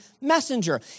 messenger